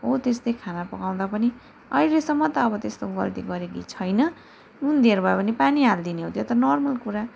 म त्यस्तै खाना पकाउँदा पनि अहिलेसम्म त अब त्यस्तो गर्दै गरेकी छैन नुन धेर भयो भने पानी हालिदिने हो त्यो त नर्मल कुरा